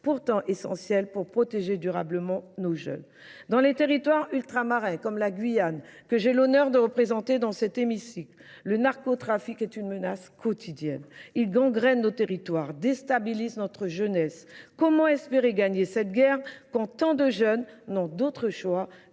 pourtant essentielle pour protéger durablement nos jeunes. Dans les territoires ultramarins, comme la Guyane, que j'ai l'honneur de représenter dans cet hémicycle, le narcotrafique est une menace quotidienne. Il gangrène nos territoires, déstabilise notre jeunesse. Comment espérer gagner cette guerre, quand tant de jeunes n'ont d'autre choix